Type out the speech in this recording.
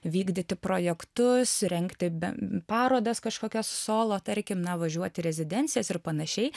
vykdyti projektus rengti parodas kažkokias solo tarkim na važiuot į rezidencijas ir panašiai